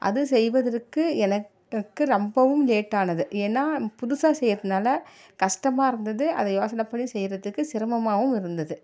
அது செய்வதற்கு எனக்கு ரொம்பவும் லேட் ஆனது ஏன்னால் புதுசாக செய்கிறதுனால கஷ்டமாக இருந்தது அது யோசனை பண்ணி செய்கிறதுக்கு சிரமமாகவும் இருந்தது